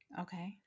Okay